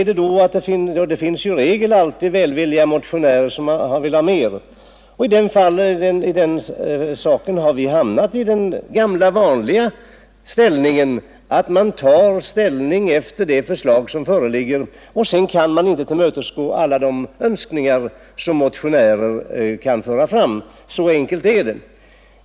Det finns ju alltid välvilliga motionärer som begär mer. Vi har alltså hamnat i den gamla vanliga situationen att vi tar ställning enligt det förslag som föreligger, men sedan kan vi inte tillmötesgå alla de önskningar som motionärer för fram. Så enkelt är det.